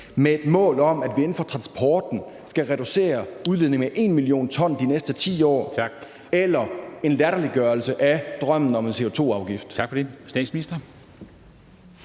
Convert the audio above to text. med et mål om, at vi inden for transporten skal reducere udledningerne med 1 mio. t de næste 10 år – eller at der er tale om en latterliggørelse af drømmen om en CO2-afgift?